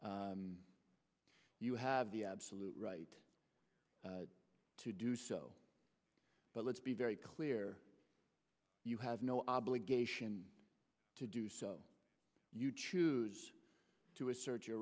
on you have the absolute right to do so but let's be very clear you have no obligation to do so you choose to assert your